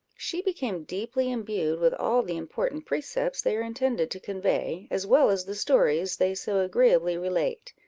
she became deeply imbued with all the important precepts they are intended to convey, as well as the stories they so agreeably relate.